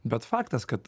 bet faktas kad